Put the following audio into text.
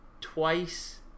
twice